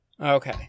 okay